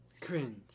Cringe